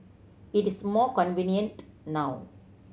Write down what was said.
it is more convenient now